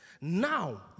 Now